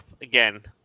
again